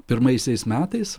pirmaisiais metais